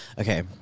Okay